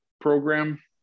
program